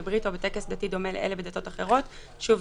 בברית או בטקס דתי דומה לאלה בדתות אחרות"." - שוב,